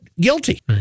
guilty